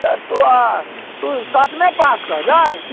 सतुआ तऽ सतमे पास छै ने